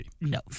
No